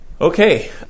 okay